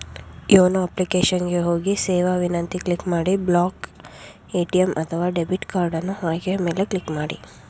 YONO application ಗೆ ಹೋಗಿ ಸೇವಾ ವಿನಂತಿ ಕ್ಲಿಕ್ ಮಾಡಿ ಬ್ಲಾಕ್ ಎ.ಟಿ.ಎಂ ಅಥವಾ ಡೆಬಿಟ್ ಕಾರ್ಡನ್ನು ಆಯ್ಕೆಯ ಮೇಲೆ ಕ್ಲಿಕ್ ಮಾಡಿ